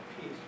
peace